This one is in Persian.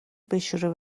بشوره